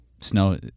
Snow